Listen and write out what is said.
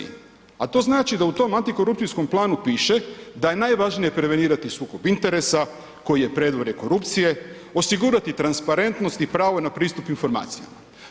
A to znači da u tom antikorupcijskom planu piše, da je najvažnije prevenirati sukob interesa koji je predvorje korupcije, osigurati transparentnost i pravo na pristup informacija.